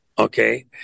Okay